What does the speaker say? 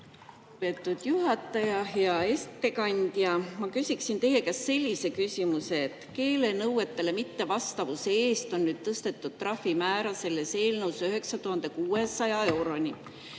Lugupeetud juhataja! Hea ettekandja! Ma küsiksin teie käest sellise küsimuse, et keelenõuetele mittevastavuse eest on tõstetud trahvimäära selles eelnõus 9600 euroni.